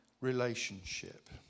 relationship